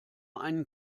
einen